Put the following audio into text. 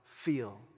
Feel